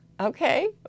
Okay